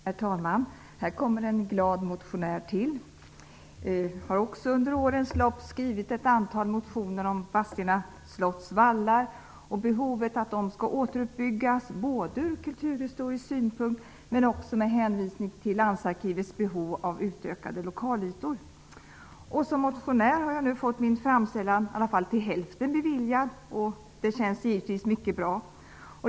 Herr talman! Här kommer en glad motionär till. Jag har också under årens lopp skrivit ett antal motioner om Vadstena slotts vallar och behovet att de skall återuppbyggas, både ur kulturhistorisk synpunkt och med hänvisning till Landsarkivets behov av utökade lokalytor. Som motionär har jag nu fått min framställan i alla fall till hälften beviljad. Det känns givetvis mycket bra.